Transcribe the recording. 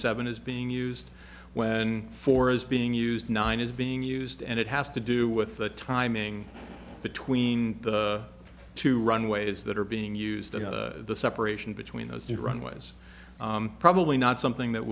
seven is being used when four is being used nine is being used and it has to do with the timing between the two runways that are being used the separation between those two runways probably not something that